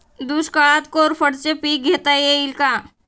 दुष्काळात कोरफडचे पीक घेता येईल का?